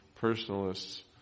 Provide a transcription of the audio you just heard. personalists